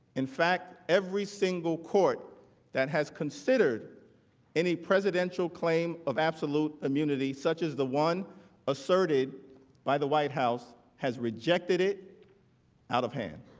in fact, every single court that has considered any presidential claim of absolute immunity such as the one asserted by the white house has rejected it out of hand.